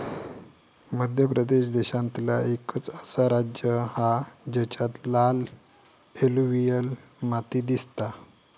मध्य प्रदेश देशांतला एकंच असा राज्य हा जेच्यात लाल एलुवियल माती दिसता